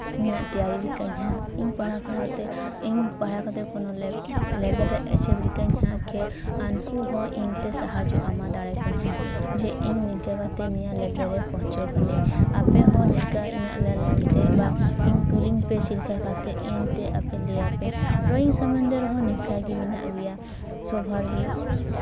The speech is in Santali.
ᱤᱧᱟᱹᱜ ᱛᱮᱭᱟᱨᱤ ᱞᱮᱠᱟ ᱦᱟᱜ ᱤᱧ ᱯᱟᱲᱦᱟᱣ ᱯᱟᱲᱦᱟᱣ ᱛᱮ ᱤᱧ ᱯᱟᱲᱦᱟᱣ ᱠᱟᱛᱮ ᱠᱳᱱᱳ ᱞᱮᱵᱮ ᱞᱮᱵᱮᱞᱨᱮ ᱮᱪᱤᱵᱽ ᱞᱮᱠᱟᱧ ᱦᱟᱜ ᱮᱠᱮ ᱩᱱᱠᱩ ᱦᱚᱸ ᱤᱧ ᱛᱮ ᱥᱟᱦᱟᱡᱽᱡᱚ ᱮᱢᱟ ᱫᱟᱲᱮ ᱠᱚᱣᱟᱧ ᱦᱟᱜ ᱡᱮ ᱤᱧ ᱱᱤᱝᱠᱟᱹ ᱠᱟᱛᱮ ᱱᱤᱭᱟᱹ ᱞᱮᱵᱮᱞ ᱨᱮ ᱯᱳᱸᱪᱷᱳᱣ ᱠᱟᱹᱱᱟᱹᱧ ᱟᱯᱮ ᱦᱚᱸ ᱤᱧᱟᱹᱜ ᱧᱮᱞ ᱧᱮᱞᱛᱮ ᱵᱟ ᱤᱧ ᱠᱩᱞᱤᱧ ᱯᱮ ᱪᱮᱫ ᱞᱮᱠᱟ ᱠᱟᱛᱮ ᱤᱧ ᱛᱮ ᱟᱯᱮ ᱞᱟᱹᱭᱟᱯᱮᱭᱟᱹᱧ ᱰᱨᱚᱭᱤᱝ ᱥᱚᱢᱚᱱᱫᱷᱮ ᱨᱮᱦᱚᱸ ᱱᱚᱝᱠᱟᱜᱮ ᱢᱮᱱᱟᱜ ᱜᱮᱭᱟ ᱥᱚᱵ ᱦᱚᱲᱜᱮ